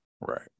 right